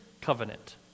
covenant